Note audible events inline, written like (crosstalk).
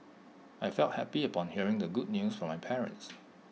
I felt happy upon hearing the good news from my parents (noise)